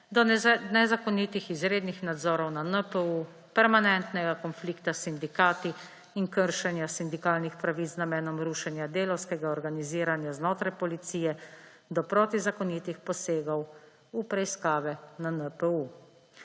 do nezakonitih izrednih nadzorov na NPU, permanentnega konflikta s sindikati in kršenja sindikalnih pravic z namenom rušenja delavskega organiziranja znotraj policije, do protizakonitih posegov v preiskave na NPU.